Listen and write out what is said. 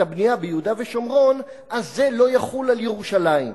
הבנייה ביהודה ושומרון אז זה לא יחול על ירושלים.